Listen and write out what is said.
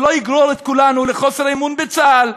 ולא יגרור את כולנו לחוסר אמון בצה"ל,